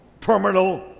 terminal